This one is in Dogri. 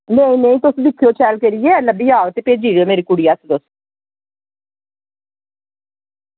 नेईं नेईं तुस दिक्खेओ शैल करियै लब्भी जाह्ग ते भेजी ओड़ेओ मेरी कुड़ी हत्थ तुस